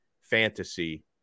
fantasy